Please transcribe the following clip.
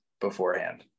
beforehand